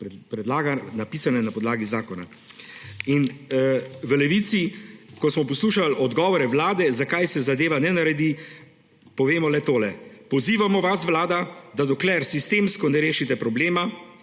pa je napisana na podlagi zakona. Ko smo v Levici poslušali odgovore vlade, zakaj se zadeva ne naredi, povemo le tole – pozivamo vas, vlada, da dokler sistemsko ne rešite problema,